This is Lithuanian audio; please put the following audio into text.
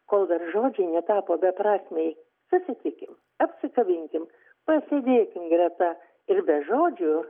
kol dar žodžiai netapo beprasmiai susitikim apsikabinkim pasėdėkim greta ir be žodžių